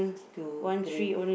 two three f~